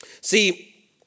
See